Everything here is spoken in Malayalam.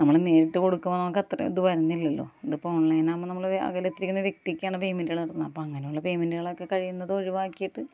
നമ്മൾ നേരിട്ട് കൊടുക്കുമ്പം നമുക്ക് അത്ര ഇത് വരുന്നില്ലല്ലോ ഇതിപ്പം ഓൺലൈൻ ആവുമ്പോൾ നമ്മൾ അകലത്തിൽ ഇരിക്കുന്ന വ്യക്തിക്കാണ് പേയ്മെൻറുകൾ ഇടുന്നത് അപ്പം അങ്ങനെയുള്ള പേയ്മെൻറുകൾ ഒക്കെ കഴിയുന്നതും ഒഴിവാക്കിയിട്ട്